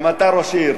גם אתה ראש עיר,